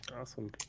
Awesome